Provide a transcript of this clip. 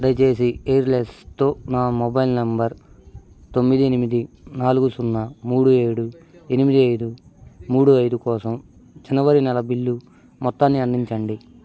దయచేసి ఎయిర్సెల్తో నా మొబైల్ నెంబర్ తొమ్మిది ఎనిమిది నాలుగు సున్నా మూడు ఏడు ఎనిమిది ఐదు మూడు ఐదు కోసం జనవరి నెల బిల్లు మొత్తాన్ని అందించండి